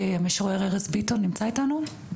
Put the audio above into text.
משורר ארז ביטון נמצא איתנו?